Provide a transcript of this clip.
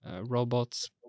robots